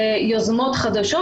יוזמות חדשות,